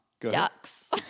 Ducks